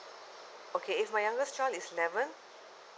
okay it's my youngest child is eleven